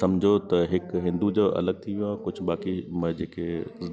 सम्झो त हिकु हिंदू जो अलॻि थी वियो आहे कुझु बाक़ी मना जेके